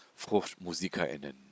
FruchtmusikerInnen